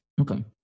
okay